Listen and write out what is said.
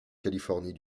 californie